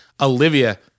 Olivia